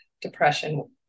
depression